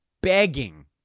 begging